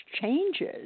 changes